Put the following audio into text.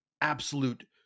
absolute